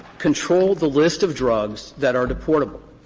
controlled the list of drugs that are deportable.